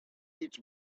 eats